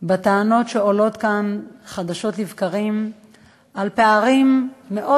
בטענות שעולות כאן חדשות לבקרים על פערים מאוד